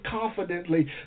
confidently